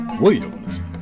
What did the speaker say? Williams